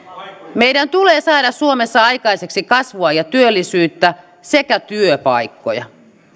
meidän tulee saada suomessa aikaiseksi kasvua ja työllisyyttä sekä työpaikkoja